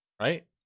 right